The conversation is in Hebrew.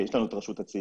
יש לנו את רשות הצעירים.